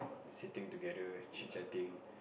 sitting together chit-chatting